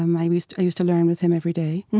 um i used i used to learn with him everyday.